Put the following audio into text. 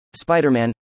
Spider-Man